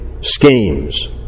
schemes